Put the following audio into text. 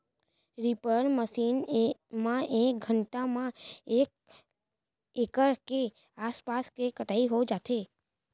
reaper machine म एक घंटा म एक एकड़ के आसपास के कटई हो जाथे